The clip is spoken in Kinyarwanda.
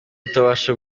utabasha